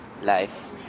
life